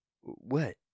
What